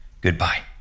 Goodbye